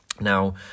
Now